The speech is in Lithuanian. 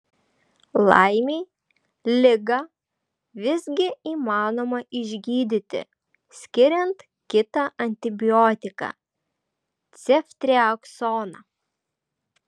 laimei ligą visgi įmanoma išgydyti skiriant kitą antibiotiką ceftriaksoną